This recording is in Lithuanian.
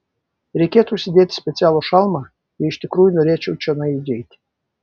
reikėtų užsidėti specialų šalmą jei iš tikrųjų norėčiau čionai įeiti